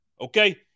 Okay